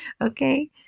Okay